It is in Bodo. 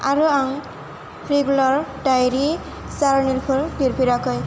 आरो आं रेगुलार डायरि जारनेलफोर लिरफेराखै